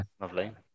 Lovely